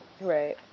Right